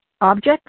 objects